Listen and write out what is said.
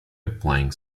applying